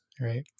right